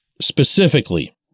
specifically